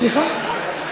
סליחה?